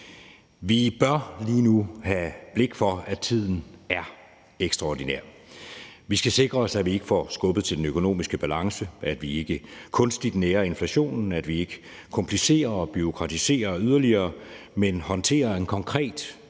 Vi bør lige nu have blik for, at tiden er ekstraordinær. Vi skal sikre os, at vi ikke får skubbet til den økonomiske balance, at vi ikke kunstigt nærer inflationen, og at vi ikke komplicerer og bureaukratiserer yderligere, men håndterer en konkret